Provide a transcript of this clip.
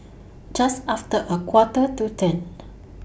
Just after A Quarter to ten